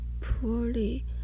poorly